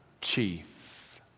chief